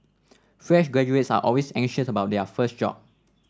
fresh graduates are always anxious about their first job